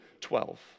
twelve